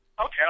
Okay